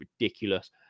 ridiculous